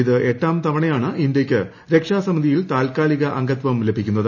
ഇത് എട്ടാം തവണയാണ് ഇന്ത്യയ്ക്ക് രക്ഷാസമിതിയിൽ താൽക്കാലിക അംഗത്വം ലഭിക്കുന്നത്